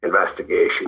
investigation